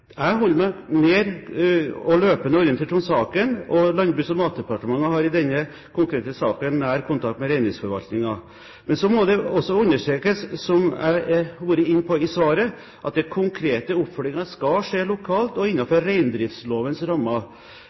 Jeg holder meg løpende orientert om saken, og Landbruks- og matdepartementet har i denne konkrete saken nær kontakt med Reindriftsforvaltningen. Så må det også understrekes, som jeg var inne på i svaret, at den konkrete oppfølgingen skal skje lokalt og innenfor reindriftslovens rammer.